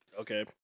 Okay